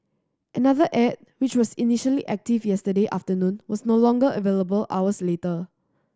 another ad which was initially active yesterday afternoon was no longer available hours later